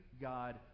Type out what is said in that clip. God